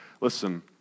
Listen